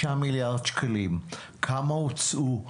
5 מיליארד שקלים, כמה הוצאו?